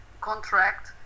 contract